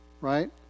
Right